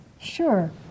Sure